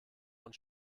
und